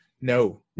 No